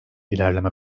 ilerleme